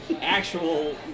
actual